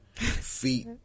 feet